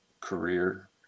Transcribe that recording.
career